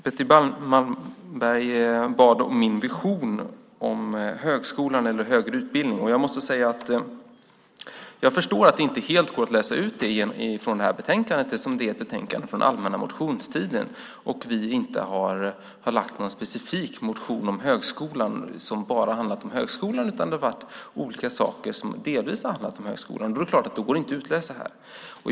Betty Malmberg bad om min vision om högskolan eller högre utbildning. Jag måste säga att jag förstår att den inte helt går att läsa ut från det här betänkandet, eftersom det är ett betänkande från den allmänna motionstiden och vi inte har lagt fram någon specifik motion som bara har handlat om högskolan utan det har varit olika saker som delvis har handlat om högskolan. Då är det klart att det inte går att utläsa här.